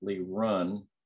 run